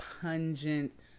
pungent